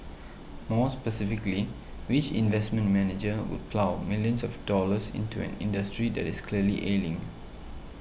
more specifically which investment manager would plough millions of dollars into an industry that is clearly ailing